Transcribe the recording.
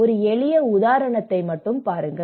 ஒரு எளிய உதாரணத்தைப் பாருங்கள்